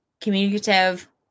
communicative